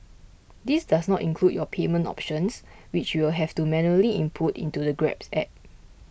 this does not include your payment options which you'll have to manually input into the Grab App